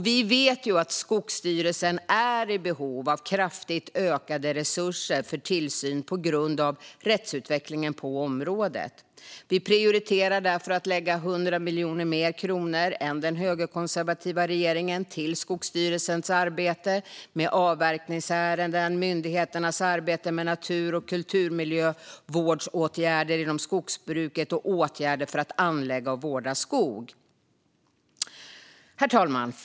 Vi vet att Skogsstyrelsen är i behov av kraftigt ökade resurser för tillsyn på grund av rättsutvecklingen på området. Vi prioriterar därför att lägga 100 miljoner kronor mer än den högerkonservativa regeringen till Skogsstyrelsens arbete med avverkningsärenden och myndigheternas arbete med natur och kulturmiljövårdsåtgärder inom skogsbruket och åtgärder för att anlägga och vårda skog. Herr talman!